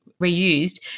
reused